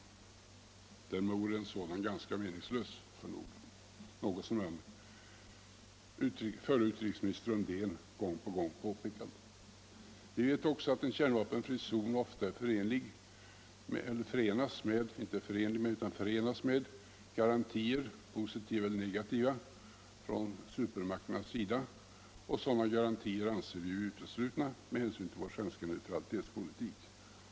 Därmed vore en sådan ganska meningslös, något som även förre utrikesministern Undén gång på gång påpekade. Vidare vet vi att en kärnvapenfri zon ofta förenas med garantier — positiva eller negativa — från supermakternas sida, och sådana garantier anser vi ju uteslutna med hänsyn till vår svenska neutralitetspolitik.